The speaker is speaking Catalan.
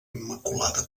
immaculada